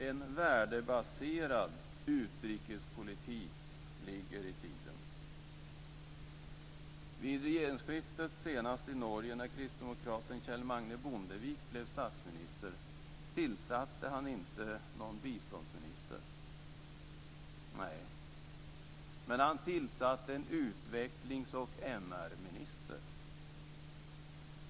En värdebaserad utrikespolitik ligger i tiden. Vid senaste regeringsskiftet i Norge när kristdemokraten Kjell Magne Bondevik blev statsminister tillsatte han inte någon biståndsminister. Nej, men han tillsatte en utvecklings och MR-minister.